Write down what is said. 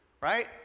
Right